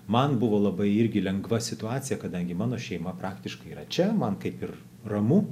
man buvo labai irgi lengva situacija kadangi mano šeima praktiškai yra čia man kaip ir ramu